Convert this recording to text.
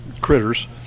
critters